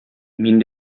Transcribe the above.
мин